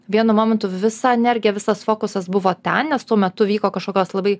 vienu momentu visa energija visas fokusas buvo ten nes tuo metu vyko kažkokios labai